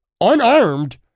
unarmed